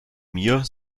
mir